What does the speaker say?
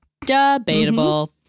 Debatable